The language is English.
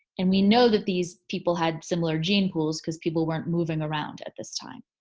and we know that these people had similar gene pools cause people weren't moving around at this time.